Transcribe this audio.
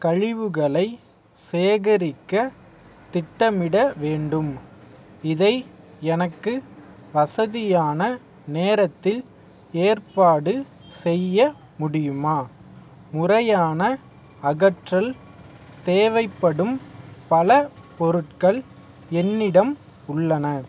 கழிவுகளை சேகரிக்க திட்டமிட வேண்டும் இதை எனக்கு வசதியான நேரத்தில் ஏற்பாடு செய்ய முடியுமா முறையான அகற்றல் தேவைப்படும் பல பொருட்கள் என்னிடம் உள்ளன